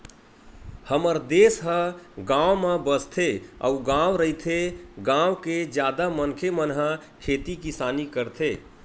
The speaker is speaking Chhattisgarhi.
हमर देस ह गाँव म बसथे अउ गॉव रहिथे, गाँव के जादा मनखे मन ह खेती किसानी करथे